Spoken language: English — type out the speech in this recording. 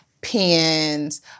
pens